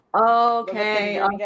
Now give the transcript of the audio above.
okay